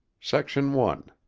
section one